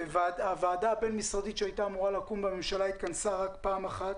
הוועדה הבין-משרדית שהייתה אמורה לקום בממשלה התכנסה רק פעם אחת,